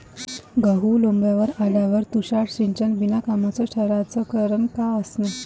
गहू लोम्बावर आल्यावर तुषार सिंचन बिनकामाचं ठराचं कारन का असन?